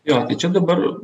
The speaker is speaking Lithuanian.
jo tai čia dabar